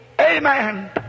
Amen